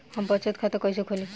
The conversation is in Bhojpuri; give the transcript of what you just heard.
हम बचत खाता कइसे खोलीं?